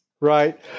Right